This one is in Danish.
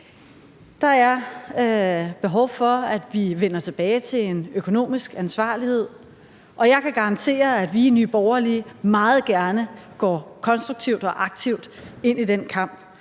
Der er behov for, at vi vender tilbage til en økonomisk ansvarlighed, og jeg kan garantere, at vi i Nye Borgerlige meget gerne går konstruktivt og aktivt ind i den kamp.